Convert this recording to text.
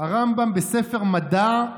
בספר מדע,